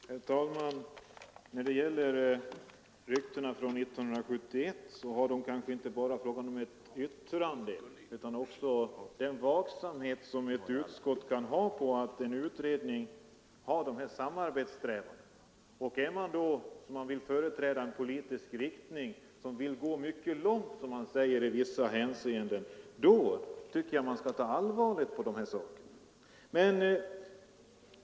Herr talman! När det gäller ryktena från 1971 är det inte bara fråga om ett yttrande utan också om den vaksamhet som ett utskott kan ådagalägga när en utredning visar sådana samarbetssträvanden. Företräder man en politisk riktning som enligt vad man säger vill gå mycket långt i vissa hänseenden, tycker jag man skall ta allvarligt på sådana saker.